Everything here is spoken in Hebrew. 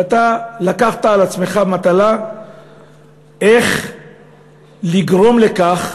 ואתה לקחת על עצמך מטלה איך לגרום לכך,